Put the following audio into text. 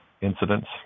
incidents